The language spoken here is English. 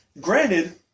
Granted